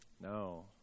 No